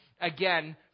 Again